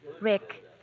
Rick